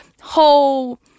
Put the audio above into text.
whole